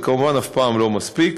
זה כמובן אף פעם לא מספיק,